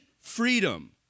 freedom